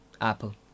Apple